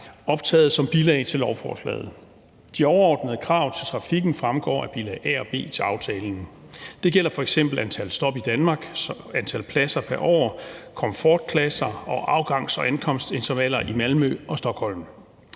optaget som bilag til lovforslaget. De overordnede krav til trafikken fremgår af bilag A og B til aftalen. Det gælder f.eks. antal stop i Danmark, antal pladser pr. år, komfortklasser og afgangs- og ankomstintervaller i Malmø og Stockholm.